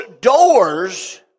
doors